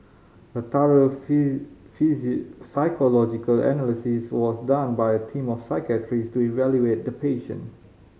a thorough psychological analysis was done by a team of psychiatrist to evaluate the patient